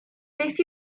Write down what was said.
beth